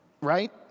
right